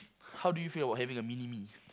how do you feel about having a mini me